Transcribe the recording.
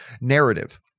narrative